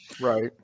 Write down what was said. Right